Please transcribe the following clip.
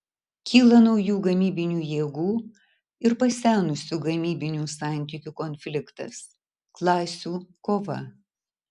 kyla naujų gamybinių jėgų ir pasenusių gamybinių santykių konfliktas klasių kova